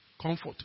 Comfort